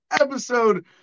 episode